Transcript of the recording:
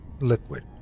liquid